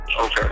okay